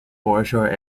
foreshore